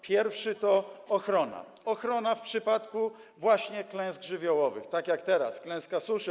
Pierwszy to ochrona, ochrona w przypadku właśnie klęsk żywiołowych, takich jak teraz występująca klęska suszy.